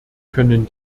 können